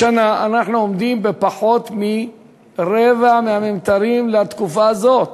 השנה אנחנו עומדים בפחות מרבע הממטרים לתקופה הזאת,